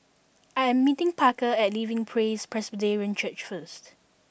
I am meeting Parker at Living Praise Presbyterian Church first